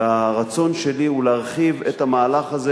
והרצון שלי הוא להרחיב את המהלך הזה,